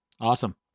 Awesome